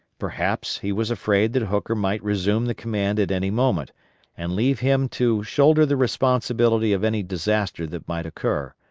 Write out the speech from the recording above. perhaps he was afraid that hooker might resume the command at any moment and leave him to shoulder the responsibility of any disaster that might occur,